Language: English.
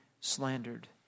slandered